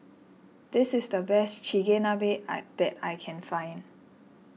this is the best Chigenabe that I can find